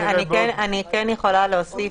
אני כן יכולה להוסיף,